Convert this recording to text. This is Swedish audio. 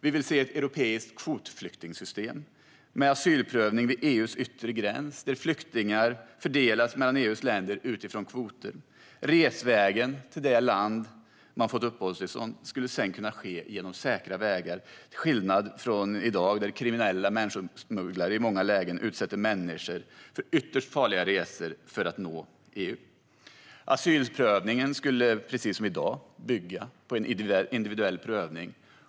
Vi vill se ett europeiskt kvotflyktingsystem med asylprövning vid EU:s yttre gräns, där flyktingar fördelas mellan EU:s länder utifrån kvoter. Resvägen till det land som man får uppehållstillstånd i skulle sedan kunna ske på säkra vägar, till skillnad från hur det är i dag då kriminella människosmugglare i många lägen utsätter människor för ytterst farliga resor för att nå EU. Asylprövningen skulle, precis som i dag, bygga på en individuell prövning.